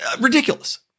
Ridiculous